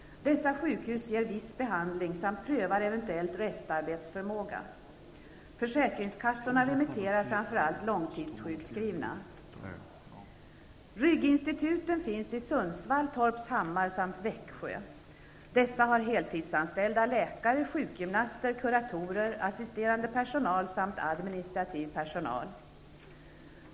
Dessa sjukhus ger viss behandling samt prövar eventuell restarbetsförmåga. Försäkringskassorna remitterar framför allt långtidssjukskrivna. Växjö. Dessa har heltidsanställda läkare, sjukgymnaster, kuratorer, assisterande personal samt administrativ personal.